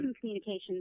communications